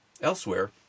elsewhere